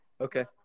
Okay